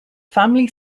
family